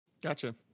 Gotcha